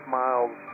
miles